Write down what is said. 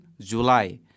July